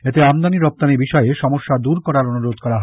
এতে আমদানি রপ্তানি বিষয়ে সমস্যা দর করার অনুরোধ করা হয়